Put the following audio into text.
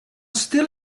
still